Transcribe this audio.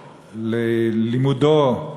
ללימודו,